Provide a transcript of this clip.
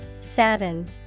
Sadden